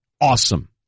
awesome